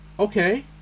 Okay